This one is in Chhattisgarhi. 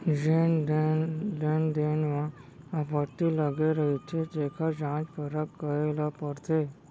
जेन लेन देन म आपत्ति लगे रहिथे तेखर जांच परख करे ल परथे